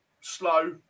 slow